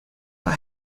but